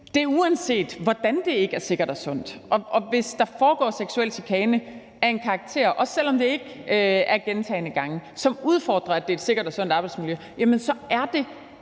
banen, uanset hvordan det ikke er sikkert og sundt, og hvis der foregår seksuel chikane af en karakter, også selv om det ikke er gentagne gange, som udfordrer, at det er et sikkert og sundt arbejdsmiljø, så er det